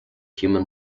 human